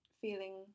feeling